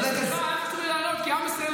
חבר הכנסת מאיר כהן, מספיק.